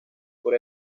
por